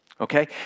Okay